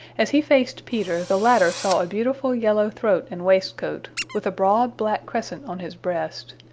as he faced peter, the latter saw a beautiful yellow throat and waistcoat, with a broad black crescent on his breast.